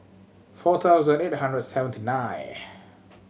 four thousand eight hundred seventy nineth